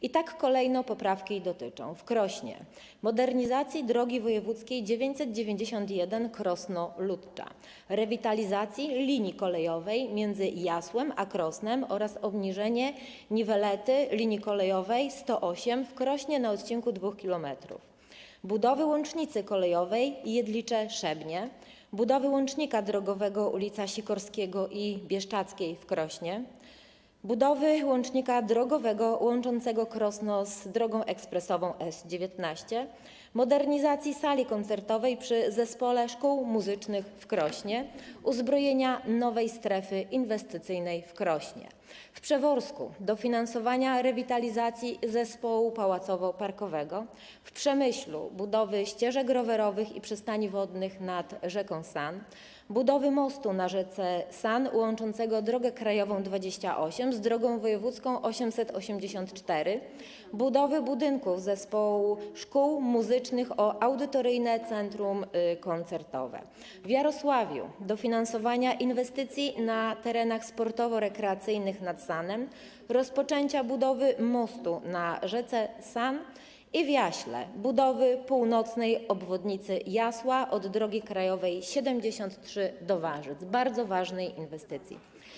I tak, kolejno poprawki dotyczą: w Krośnie - modernizacji drogi wojewódzkiej nr 991 Krosno - Lutcza, rewitalizacji linii kolejowej między Jasłem a Krosnem oraz obniżenia niwelety linii kolejowej nr 108 w Krośnie na odcinku 2 km, budowy łącznicy kolejowej Jedlicze - Szebnie, budowy łącznika drogowego ul. Sikorskiego i ul. Bieszczadzkiej w Krośnie, budowy łącznika drogowego łączącego Krosno z drogą ekspresową S19, modernizacji sali koncertowej przy Zespole Szkół Muzycznych w Krośnie, uzbrojenia nowej strefy inwestycyjnej w Krośnie; w Przeworsku - dofinansowania rewitalizacji zespołu pałacowo parkowego; w Przemyślu - budowy ścieżek rowerowych i przystani wodnych nad rzeką San, budowy mostu na rzece San łączącego drogę krajową nr 28 z drogą wojewódzką nr 884, rozbudowy budynków Zespołu Państwowych Szkół Muzycznych o Audytoryjne Centrum Koncertowe; w Jarosławiu - dofinansowania inwestycji na terenach sportowo-rekreacyjnych nad Sanem, rozpoczęcia budowy mostu na rzece San; w Jaśle - budowy północnej obwodnicy Jasła od drogi krajowej nr 73 do Warzyc, bardzo ważnej inwestycji.